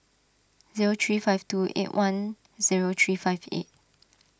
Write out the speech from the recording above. zero three five two eight one zero three five eight